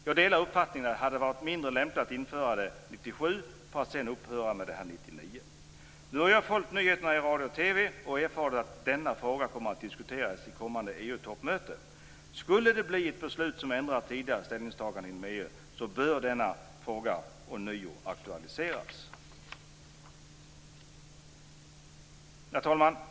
Jag delar uppfattningen att det hade varit mindre lämpligt att införa taxfreeförsäljning 1997 för att sedan upphöra med den 1999. När jag har följt nyheterna på radio och i TV har jag erfarit att denna fråga kommer att diskuteras vid kommande EU-toppmöte. Skulle det bli ett beslut som ändrar tidigare ställningstagande inom EU bör denna fråga ånyo aktualiseras. Herr talman!